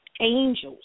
angels